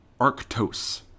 Arctos